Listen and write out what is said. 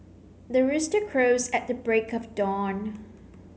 the rooster crows at the break of dawn